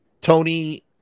Tony